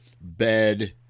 bed